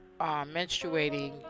menstruating